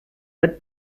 red